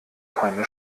keine